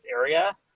area